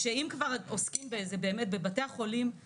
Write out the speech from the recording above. מבחינתי בבסיס ההתחשבנות צריך להיות מספר,